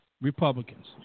Republicans